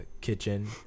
kitchen